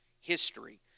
history